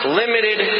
limited